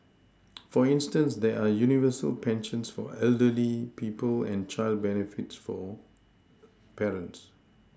for instance there are universal pensions for elderly people and child benefits for parents